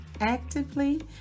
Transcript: actively